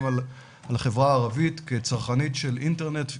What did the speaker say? על החברה הערבית כצרכנית אינטרנט,